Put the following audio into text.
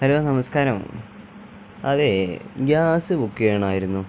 hello നമസ്കാരം അതെ gas book ചെയ്യണമായിരുന്നു